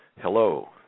Hello